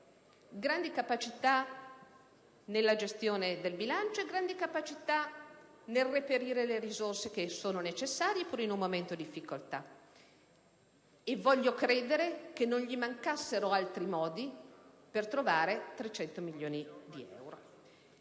grandi capacità nella gestione del bilancio e nel reperire le risorse necessarie, pure in un momento di difficoltà, voglio credere che non gli mancassero altri modi per trovare 300 milioni di euro.